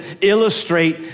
illustrate